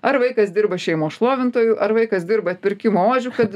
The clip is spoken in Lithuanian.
ar vaikas dirba šeimos šlovintoju ar vaikas dirba atpirkimo ožiu kad